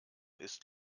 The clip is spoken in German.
ist